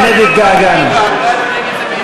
אדוני ראש הממשלה,